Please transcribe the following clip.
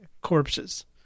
corpses